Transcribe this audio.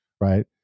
right